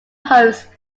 host